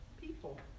people